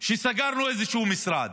שסגרנו איזה משרד,